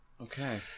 Okay